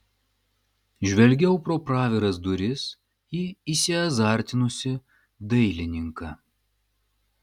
žvelgiau pro praviras duris į įsiazartinusį dailininką